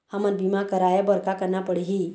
हमन बीमा कराये बर का करना पड़ही?